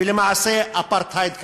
ולמעשה אפרטהייד כלכלי.